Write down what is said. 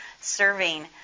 serving